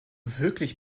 wirklich